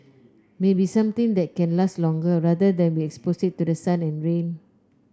maybe something that can last longer rather than we expose it to the sun and rain